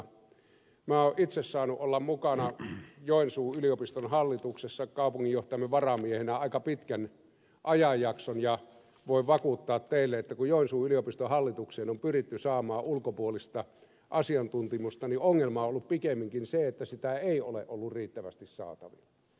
minä olen itse saanut olla mukana joensuun yliopiston hallituksessa kaupunginjohtajamme varamiehenä aika pitkän ajanjakson ja voin vakuuttaa teille että kun joensuun yliopiston hallitukseen on pyritty saamaan ulkopuolista asiantuntemusta niin ongelma on ollut pikemminkin se että sitä ei ole ollut riittävästi saatavilla